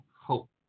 hope